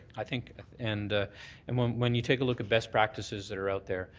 i think and and when when you take a look at best practices that are out there,